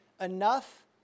enough